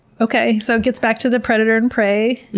okay. so it gets back to the predator and prey.